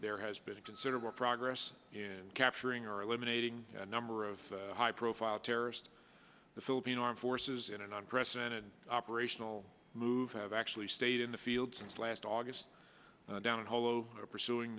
there has been considerable progress in capturing or eliminating a number of high profile terrorist the philippine armed forces in an unprecedented operational move have actually stayed in the field since last august down holo pursuing